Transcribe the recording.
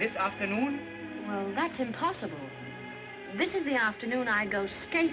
this afternoon that's impossible this is the afternoon i go s